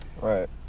Right